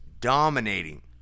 dominating